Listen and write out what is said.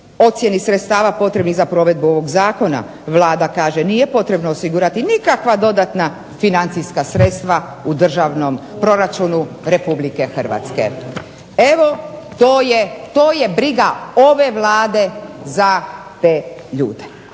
ocjeni sredstava potrebnih za provedbu ovog zakona, vlada kaže nije potrebno osigurati nikakva dodatna financijska sredstva u državnom proračunu Republike Hrvatske. Evo to je briga ove Vlade za te ljude.